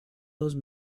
those